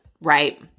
right